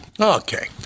Okay